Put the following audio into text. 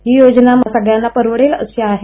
ही योजना सगळयांना परवडेल अशी आहे